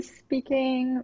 speaking